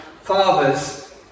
fathers